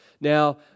Now